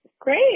Great